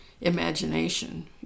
imagination